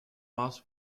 mars